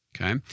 Okay